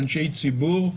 אנשי ציבור,